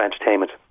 entertainment